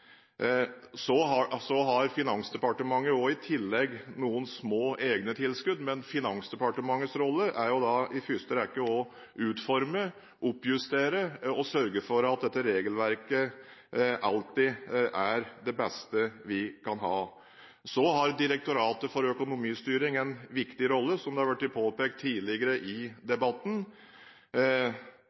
har også i tillegg noen små egne tilskudd, men Finansdepartementets rolle er i første rekke å utforme, oppjustere og sørge for at dette regelverket alltid er det beste vi kan ha. Direktoratet for økonomistyring har en viktig rolle, som det har vært påpekt tidligere i debatten.